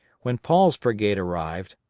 when paul's brigade arrived,